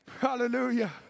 Hallelujah